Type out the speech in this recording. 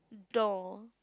though